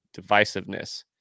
divisiveness